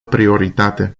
prioritate